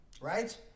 Right